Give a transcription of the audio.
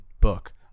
book